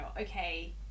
okay